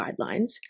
guidelines